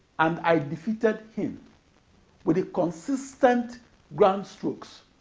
and i defeated him with the consistent ground strokes,